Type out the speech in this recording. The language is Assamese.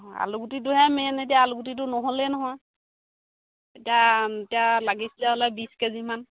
অঁ আলুগুটিটোহে মেইন এতিয়া আলুগুটিটো নহ'লেই নহয় এতিয়া লাগিছিলে হ'লে বিছ কেজিমান